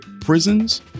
prisons